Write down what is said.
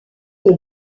que